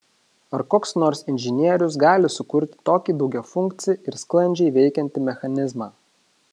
ar koks nors inžinierius gali sukurti tokį daugiafunkcį ir sklandžiai veikiantį mechanizmą